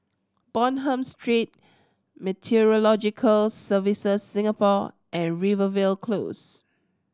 Bonham Street Meteorological Services Singapore and Rivervale Close